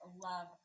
love